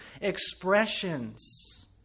expressions